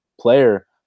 player